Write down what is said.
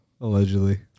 Allegedly